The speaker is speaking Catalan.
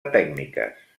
tècniques